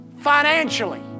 financially